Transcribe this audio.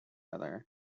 other